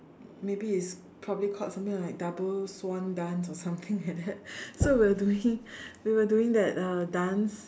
maybe it's probably called something like double swan dance or something like that so we were doing we were doing that uh dance